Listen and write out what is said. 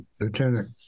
lieutenant